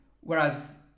Whereas